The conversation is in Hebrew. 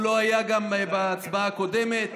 הוא לא היה גם בהצבעה הקודמת,